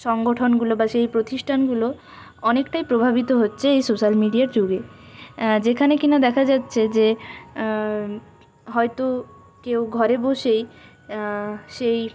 সংগঠনগুলো বা সেই প্রতিষ্ঠানগুলো অনেকটাই প্রভাবিত হচ্ছে এই সোশ্যাল মিডিয়ার যুগে যেখানে কিনা দেখা যাচ্ছে যে হয়তো কেউ ঘরে বসেই সেই